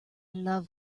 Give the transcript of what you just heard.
love